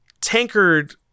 tankard